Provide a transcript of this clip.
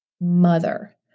mother